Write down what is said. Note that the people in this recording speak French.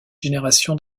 génération